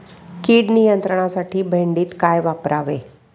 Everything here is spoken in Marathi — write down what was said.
कीड नियंत्रणासाठी भेंडीत काय वापरावे?